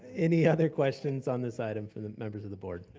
any other questions on this item from members of the board?